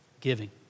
Giving